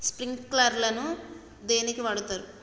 Sprinkler ను దేనికి వాడుతరు?